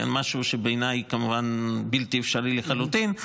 משהו שבעיניי הוא כמובן בלתי אפשרי לחלוטין.